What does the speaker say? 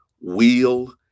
wheel